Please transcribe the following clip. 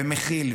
ומכיל,